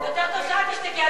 יותר טוב שאת תשתקי.